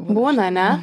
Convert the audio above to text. būna ane